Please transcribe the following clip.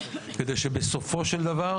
כדי שבסופו של דבר,